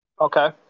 Okay